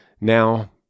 now